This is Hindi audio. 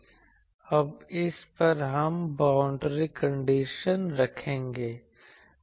अब इस पर हम बाउंड्री कंडीशन रखेंगे